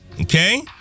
Okay